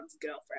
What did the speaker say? girlfriend